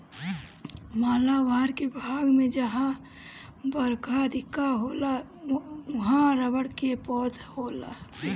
मालाबार के भाग में जहां बरखा अधिका होला उहाँ रबड़ के पेड़ होला